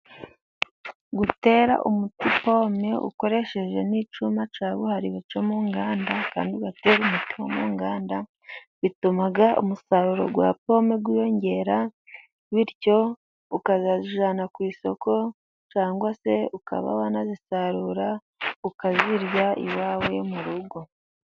Gutera umuti pome ukoresheje n'icyuma cyabuhariwe cyo mu nganda kandi ugatera umuti wo mu nganda, bituma umusaruro wa pome wiyongera bityo ukazazijyana ku isoko cyangwa se ukaba wanazisarura ukazirya iwawe mu rugo.